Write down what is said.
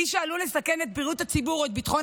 מי שעלול לסכן את בריאות הציבור או את ביטחון